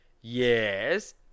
Yes